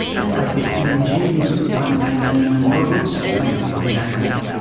and by the ingenious one-line animal logos by differantly.